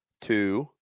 Two